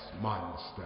monster